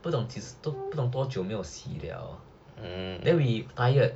不懂都不懂多久没有洗 liao then we tired